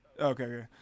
Okay